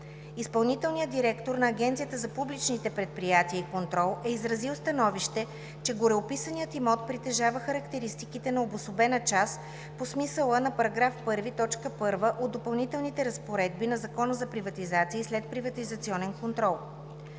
Изпълнителният директор на Агенцията за публичните предприятия и контрол е изразил становище, че гореописаният имот притежава характеристиките на „обособена част“ по смисъла на § 1, т. 1 от Допълнителните разпоредби на Закона за приватизация и следприватизационен контрол.